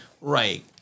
Right